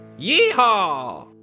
Yeehaw